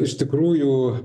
iš tikrųjų